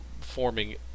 forming